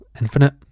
Infinite